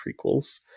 prequels